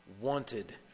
wanted